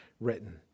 written